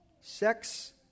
Sex